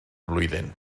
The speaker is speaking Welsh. blwyddyn